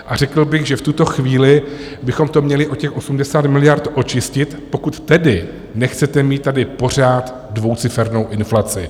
A řekl bych, že v tuto chvíli bychom to měli o těch 80 miliard očistit, pokud tedy nechcete mít tady pořád dvoucifernou inflaci.